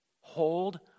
Hold